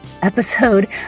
episode